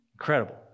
Incredible